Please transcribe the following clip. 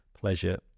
pleasure